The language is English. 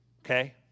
Okay